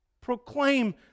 proclaim